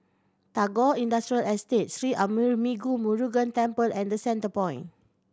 Tagore Industrial Estate Sri Arulmigu Murugan Temple and The Centrepoint